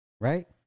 right